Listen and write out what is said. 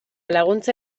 laguntza